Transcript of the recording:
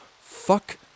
fuck